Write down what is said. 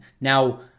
Now